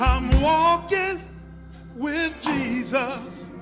walking with jesus.